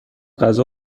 غذا